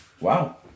Wow